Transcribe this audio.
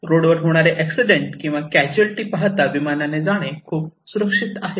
रोडवर होणारे एक्सीडेंट किंवा कॅसुलटी पाहता विमानाने जाणे खूप सुरक्षित आहे